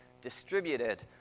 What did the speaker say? ...distributed